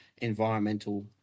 environmental